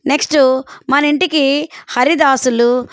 next మన ఇంటికి హరిదాసులు